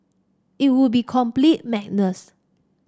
it would be complete madness